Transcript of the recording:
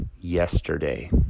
yesterday